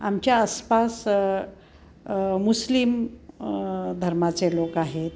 आमच्या आसपास मुस्लिम धर्माचे लोक आहेत